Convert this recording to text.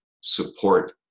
support